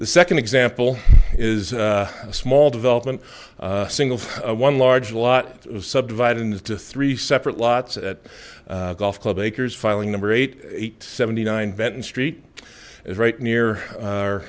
the second example is a small development single one large lot of subdivided into three separate lots at golf club acres filing number eight eight seventy nine benton street is right near